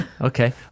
Okay